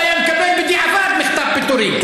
הוא היה מקבל בדיעבד מכתב פיטורים.